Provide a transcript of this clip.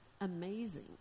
amazing